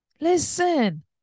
Listen